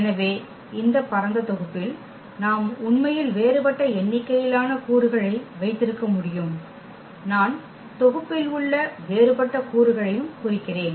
எனவே இந்த பரந்த தொகுப்பில் நாம் உண்மையில் வேறுபட்ட எண்ணிக்கையிலான கூறுகளை வைத்திருக்க முடியும் நான் தொகுப்பில் உள்ள வேறுபட்ட கூறுகளையும் குறிக்கிறேன்